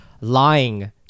lying